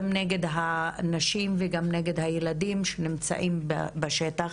גם נגד הנשים וגם נגד הילדים שנמצאים בשטח.